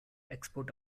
export